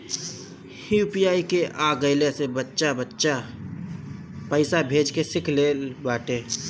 UPI के आ गईला से बच्चा बच्चा पईसा भेजे के सिख लेले बाटे